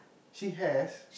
she has